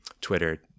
twitter